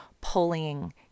pulling